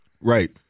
Right